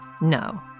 no